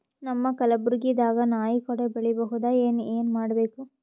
ನಮ್ಮ ಕಲಬುರ್ಗಿ ದಾಗ ನಾಯಿ ಕೊಡೆ ಬೆಳಿ ಬಹುದಾ, ಏನ ಏನ್ ಮಾಡಬೇಕು?